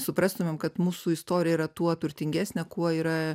suprastumėm kad mūsų istorija yra tuo turtingesnė kuo yra